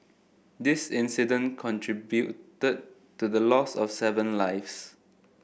this incident contributed to the loss of seven lives